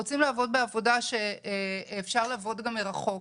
הם רוצים לעבוד בעבודה שאפשר לעבוד גם מרחוק.